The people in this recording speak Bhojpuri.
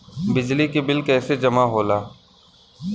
बिजली के बिल कैसे जमा होला?